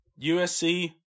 USC